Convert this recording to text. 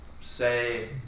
say